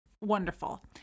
wonderful